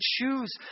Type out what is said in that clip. choose